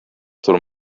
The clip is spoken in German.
zur